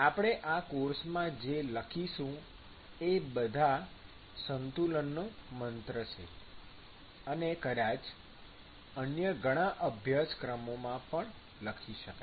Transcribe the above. આપણે આ કોર્સમાં જે લખીશું એ બધા સંતુલનનો મંત્ર છે અને કદાચ અન્ય ઘણા અભ્યાસક્રમોમાં પણ લખી શકાય